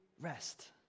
rest